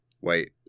Wait